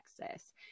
Texas